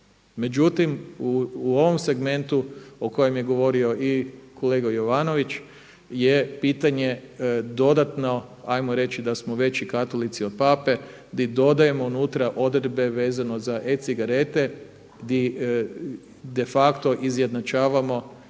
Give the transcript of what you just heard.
Međutim, u ovom segmentu o kojem je govorio i kolega Jovanović je pitanje dodatno ajmo reći da smo veći katolici od Pape, gdje dodajemo unutra odredbe vezano za e-cigarete gdje de facto izjednačavamo